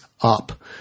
up